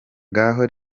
ngaho